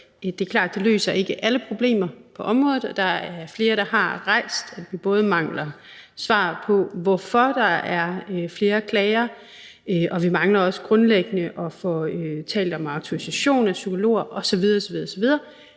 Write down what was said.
det ikke løser alle problemer på området, og der er flere, der har peget på, at vi både mangler svar på, hvorfor der er flere klager, og vi mangler også grundlæggende at få talt om autorisation af psykologer osv. osv.,